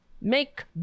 make